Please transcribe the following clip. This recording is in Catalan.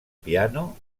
piano